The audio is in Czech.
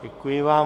Děkuji vám.